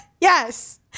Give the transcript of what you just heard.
Yes